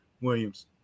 Williams